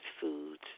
foods